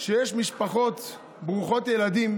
שיש משפחות ברוכות ילדים